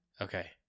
Okay